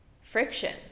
friction